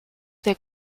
their